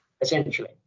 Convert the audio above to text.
Essentially